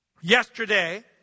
Yesterday